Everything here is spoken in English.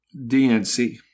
DNC